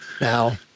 Now